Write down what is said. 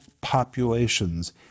populations